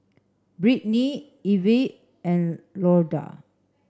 Brittney Ivie and Dorla